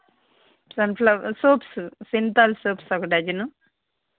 sunflower soaps Cinthol soaps ఒక dozen